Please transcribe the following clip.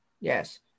Yes